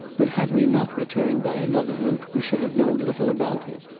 but had we not returned by another route we should have known little about it.